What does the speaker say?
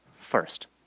First